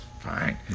fine